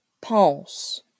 pense